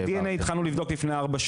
דנ"א התחלנו לבדוק לפני ארבע שנים.